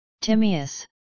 Timaeus